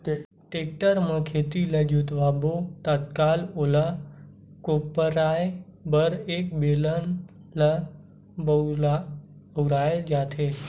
tractor म खेत ल जोतवाबे ताहाँले ओला कोपराये बर ए बेलन ल बउरे जाथे